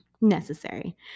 necessary